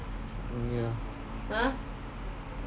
ya